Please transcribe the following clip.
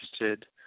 interested